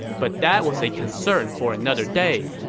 but that was a concern for another day.